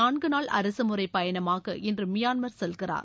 நான்கு நாள் அரசுமுறை பயணமாக இன்று மியான்மர் செல்கிறார்